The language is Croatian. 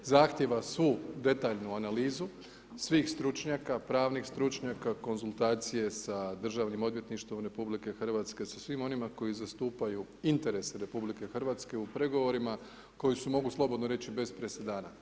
Zahtjeva su detaljnu analizu, svih stručnjaka, pravnih stručnjaka, konzultacije sa Državnim odvjetništvom RH, sa svim onima koji zastupaju interes RH u pregovorima, koji se mogu, slobodno reći, bez presedana.